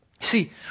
See